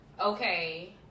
okay